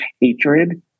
hatred